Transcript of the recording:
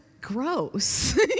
gross